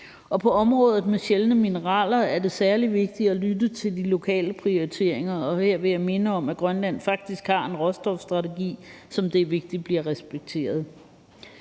På området for sjældne mineraler er det særlig vigtigt at lytte til de lokale prioriteringer, og her vil jeg minde om, at Grønland faktisk har en råstofstrategi, som det er vigtigt bliver respekteret.